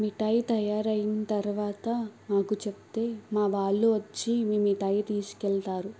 మిఠాయి తయారైన తర్వాత మాకు చెప్తే మా వాళ్ళు వచ్చి మీ మిఠాయి తీసుకెళ్తారు